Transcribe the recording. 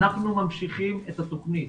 אנחנו ממשיכים את התוכנית,